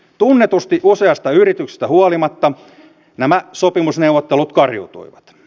tunnetusti useasta yrityksestä huolimatta nämä sopimusneuvottelut kariutuivat